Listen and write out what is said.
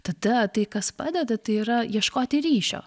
tada tai kas padeda tai yra ieškoti ryšio